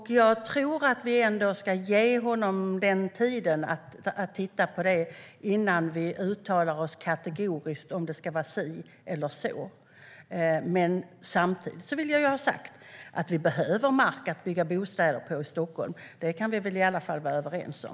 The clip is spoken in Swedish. Jag tror att vi ska ge honom tiden att utreda frågan innan vi uttalar oss kategoriskt om det ska vara si eller så. Samtidigt vill jag ha sagt att vi behöver mark att bygga bostäder på i Stockholm. Det kan vi väl i alla fall vara överens om.